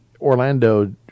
Orlando